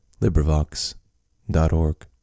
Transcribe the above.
LibriVox.org